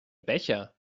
becher